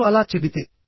మీరు అలా చెబితే